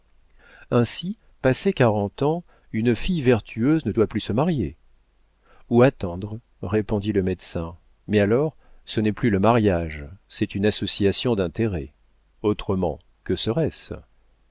passé quarante ans une fille vertueuse ne doit plus se marier ou attendre répondit le médecin mais alors ce n'est plus le mariage c'est une association d'intérêts autrement que serait-ce